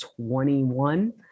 21